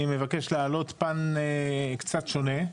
אני מבקש להעלות פן קצת שונה,